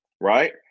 right